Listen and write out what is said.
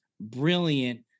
Brilliant